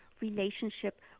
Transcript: relationship